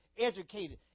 educated